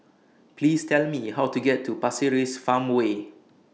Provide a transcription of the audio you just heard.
Please Tell Me How to get to Pasir Ris Farmway